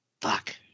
Fuck